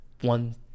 One